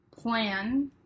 plan